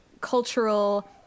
cultural